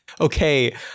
okay